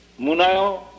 Munayo